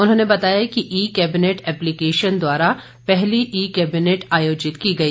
उन्होंने बताया कि ई केबिनेट एप्लीकेशन द्वारा पहली ई केबिनेट आयोजित की गई